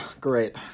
Great